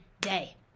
day